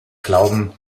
glauben